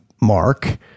mark